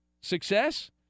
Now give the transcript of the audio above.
success